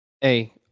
Hey